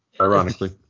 ironically